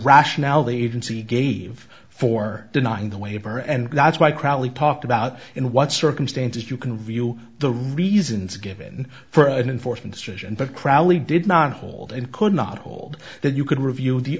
rationale the agency gave for denying the waiver and that's why crowley talked about in what circumstances you can view the reasons given for an in force instruction but crowley did not hold and could not hold that you could review the